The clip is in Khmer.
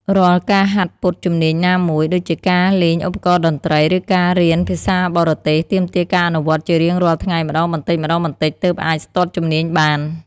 រាល់ ការហាត់ពត់ជំនាញណាមួយ ដូចជាការលេងឧបករណ៍តន្ត្រី ឬការរៀនភាសាបរទេស ទាមទារការអនុវត្តជារៀងរាល់ថ្ងៃម្ដងបន្តិចៗ ទើបអាចស្ទាត់ជំនាញបាន។